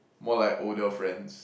more like older friends